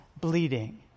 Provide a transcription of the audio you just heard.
bleeding